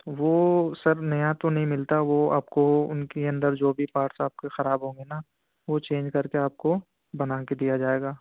وہ سر نیا تو نہیں ملتا وہ آپ کو ان کے اندر جو بھی پارٹس آپ کے خراب ہوں گے نا وہ چینج کر کے آپ کو بنا کے دیا جائے گا